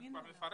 אם את כבר מפרטת,